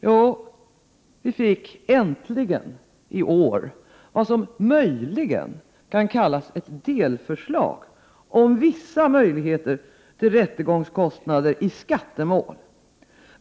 Jo, vi fick äntligen i år någonting som möjligen kan kallas ett delförslag om vissa möjligheter till ersättning för rättegångskostnader i skattemål.